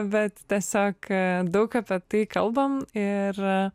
bet tiesiog daug apie tai kalbam ir